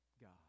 God